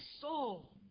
soul